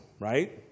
right